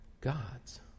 gods